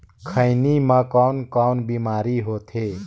खैनी म कौन कौन बीमारी होथे?